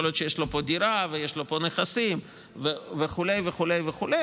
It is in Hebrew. יכול להיות שיש לו פה דירה ויש לו פה נכסים וכו' וכו',